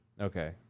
Okay